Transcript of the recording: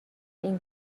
این